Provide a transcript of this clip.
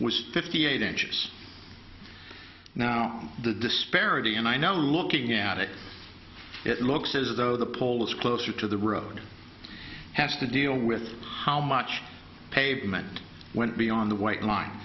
was fifty eight inches now the disparity and i now looking at it it looks as though the pole is closer to the road has to deal with how much pavement went beyond the white line